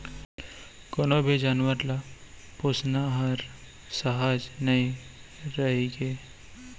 कोनों भी जानवर ल पोसना हर सहज नइ रइगे